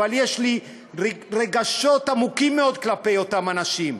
ויש לי רגשות עמוקים מאוד כלפי אותם אנשים,